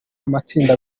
amatsinda